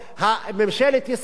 ממשלת ישראל,